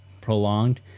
prolonged